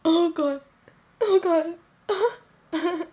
oh god oh god